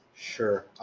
sure,